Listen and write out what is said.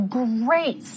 great